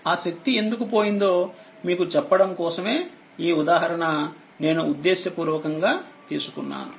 ఆ శక్తి ఎందుకు పోయిందో మీకు చెప్పడం కోసమే ఈ ఉదాహరణ నేను ఉద్దేశపూర్వకంగా తీసుకున్నాను